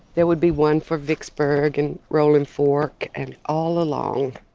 there would be one for vicksburg and rollingfork and all along.